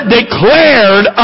declared